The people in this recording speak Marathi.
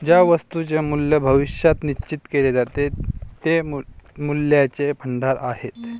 ज्या वस्तूंचे मूल्य भविष्यात निश्चित केले जाते ते मूल्याचे भांडार आहेत